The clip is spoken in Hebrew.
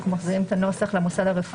אנחנו מחזירים את הנוסח למוסד הרפואי?